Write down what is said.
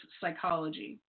psychology